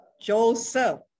joseph